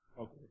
Okay